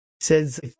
says